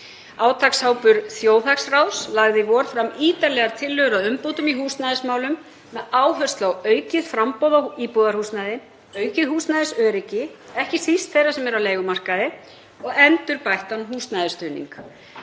Átakshópur þjóðhagsráðs lagði í vor fram ítarlegar tillögur að umbótum í húsnæðismálum með áherslu á aukið framboð á íbúðarhúsnæði, aukið húsnæðisöryggi, ekki síst þeirra sem eru á leigumarkaði, og endurbættan húsnæðisstuðning.